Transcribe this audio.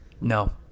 No